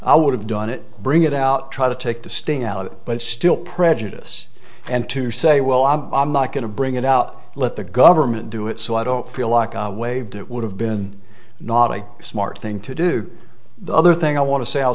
i would have done it bring it out try to take the sting out but still prejudice and to say well i'm i'm not going to bring it out let the government do it so i don't feel like i waived it would have been not a smart thing to do the other thing i want to say i'll